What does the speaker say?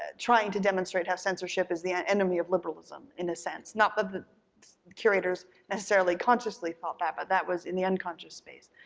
trying to demonstrate how censorship is the and enemy of liberalism in a sense, not that but the curators necessarily consciously thought that but that was in the unconscious space.